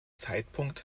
zeitpunkt